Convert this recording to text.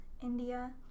India